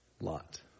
Lot